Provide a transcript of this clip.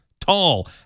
tall